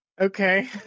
Okay